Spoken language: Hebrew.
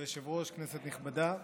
אדוני היושב-ראש, כנסת נכבדה,